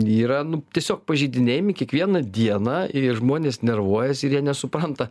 yra nu tiesiog pažeidinėjami kiekvieną dieną ir žmonės nervuojasi ir jie nesupranta